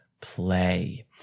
play